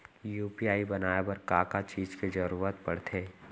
UPI बनाए बर का का चीज के जरवत पड़थे?